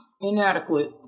inadequate